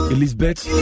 Elizabeth